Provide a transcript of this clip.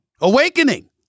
Awakening